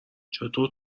چطور